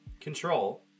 Control